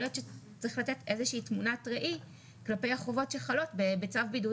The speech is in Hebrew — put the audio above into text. להיות שצריך לתת איזושהי תמונת ראי כלפי החובות שחלות בצו בידוד